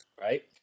right